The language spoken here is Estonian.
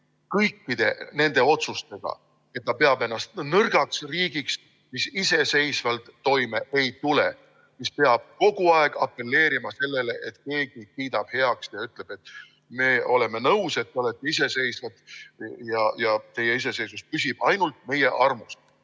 kõikide nende otsustega, et ta peab ennast nõrgaks riigiks, mis iseseisvalt toime ei tule, mis peab kogu aeg apelleerima sellele, et keegi kiidab heaks ja ütleb, et me oleme nõus, et te olete iseseisvad, ja teie iseseisvus püsib ainult meie armust.